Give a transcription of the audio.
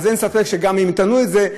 אז אין ספק שגם אם יטענו את זה,